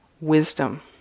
wisdom